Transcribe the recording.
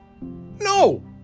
No